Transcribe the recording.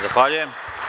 Zahvaljujem.